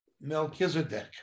Melchizedek